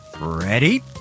Ready